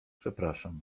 przepraszam